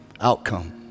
outcome